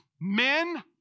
men